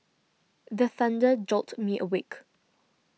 the thunder jolt me awake